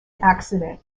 accident